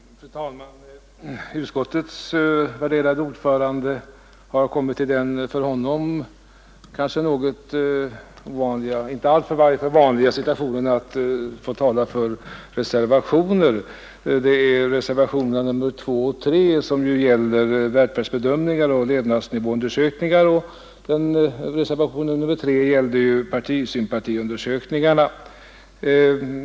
Fru talman! Utskottets värderade ordförande har kommit i den för honom kanske inte särskilt vanliga situationen att få tala för reservationer, nämligen reservationerna nr 2, som gäller välfärdsbedömningar och levnadsnivåundersökningar, och nr 3 som handlar om partisympatiundersökningarna.